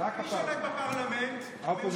זה תפקידם של חברי הכנסת מהקואליציה ומהאופוזיציה